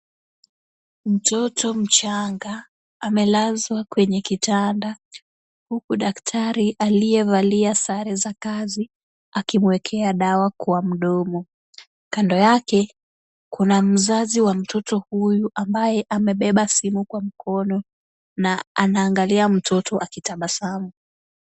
Mtoto mchanga amelazwa kwenye kitanda huku daktari aliyevalia sare za kazi akimwekea dawa kwa mdomo. Kando yake kuna mzazi wa mtoto huyu ambaye amebeba simu kwa mkono na anaangalia mtoto akitabasamu.